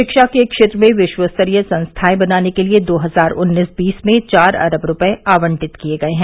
शिक्षा के क्षेत्र में विश्वस्तरीय संस्थाएं बनाने के लिए दो हजार उन्नीस बीस में चार अरब रुपये आवंटित किये गये है